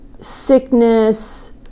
sickness